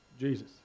Jesus